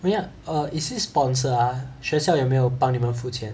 oh ya is it sponsored 学校有没有帮你们付钱